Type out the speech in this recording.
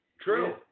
True